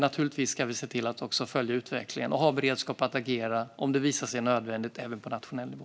Naturligtvis ska vi också se till att följa utvecklingen och ha beredskap att agera om det visar sig nödvändigt även på nationell nivå.